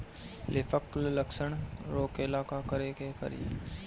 Leaf क्ल लक्षण रोकेला का करे के परी?